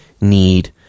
need